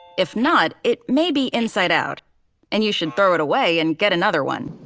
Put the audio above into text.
if not, it may be inside out and you should throw it away and get another one.